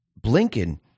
Blinken